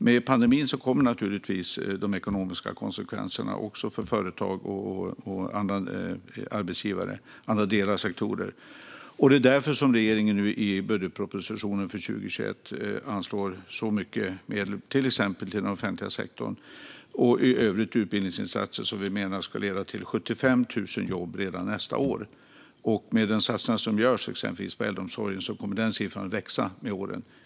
Med pandemin kommer naturligtvis de ekonomiska konsekvenserna, också för företag och andra sektorer. Det är därför som regeringen nu i budgetpropositionen för 2021 anslår så mycket medel, till exempel till den offentliga sektorn och i övrigt till utbildningsinsatser som vi menar ska leda till 75 000 jobb redan nästa år. Med de satsningar som görs exempelvis på äldreomsorgen kommer denna siffra att växa med åren.